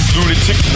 Lunatic